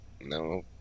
No